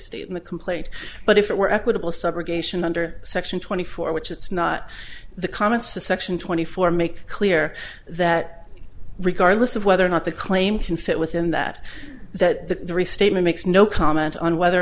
state in the complaint but if it were equitable subrogation under section twenty four which it's not the comments to section twenty four make clear that regardless of whether or not the claim can fit within that that restatement makes no comment on whether or